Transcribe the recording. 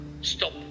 stop